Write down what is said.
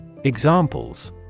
Examples